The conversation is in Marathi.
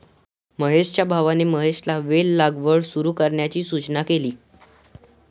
महेशच्या भावाने महेशला वेल लागवड सुरू करण्याची सूचना केली